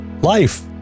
life